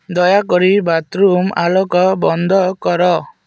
ଦୟାକରି ବାଥରୁମ୍ ଆଲୋକ ବନ୍ଦ କର